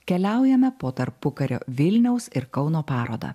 keliaujame po tarpukario vilniaus ir kauno parodą